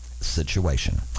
situation